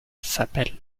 s’appelle